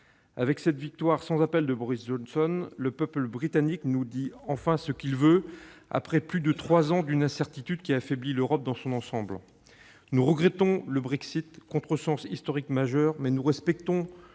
Avec cette victoire sans appel de Boris Johnson, le peuple britannique nous dit enfin ce qu'il veut, après plus de trois ans d'une incertitude qui a affaibli l'Europe dans son ensemble. Nous regrettons le Brexit, contresens historique majeur, mais nous respectons